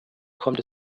kommt